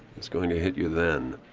it's going to hit you then,